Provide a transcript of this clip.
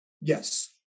Yes